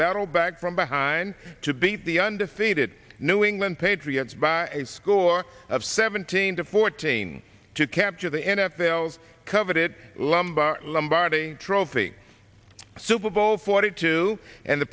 battled back from behind to beat the undefeated new england patriots by a score of seventeen to fourteen to capture the n f l s coveted lumbar lombardi trophy super bowl forty two and the